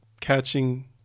catching